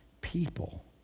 people